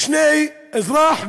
אזרח ושוטר.